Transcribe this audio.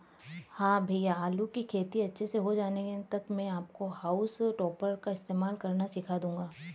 हां भैया आलू की खेती अच्छे से हो जाने तक मैं आपको हाउल टॉपर का इस्तेमाल करना सिखा दूंगा